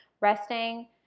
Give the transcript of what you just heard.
resting